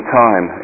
time